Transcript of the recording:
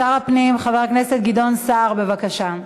שר הפנים, חבר הכנסת גדעון סער, בבקשה.